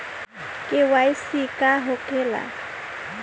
KYC का होखेला?